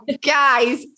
guys